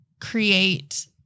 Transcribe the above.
create